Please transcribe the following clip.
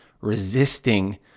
resisting